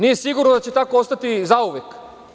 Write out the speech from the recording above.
Nije sigurno da će tako ostati zauvek.